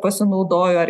pasinaudoju ar